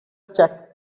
check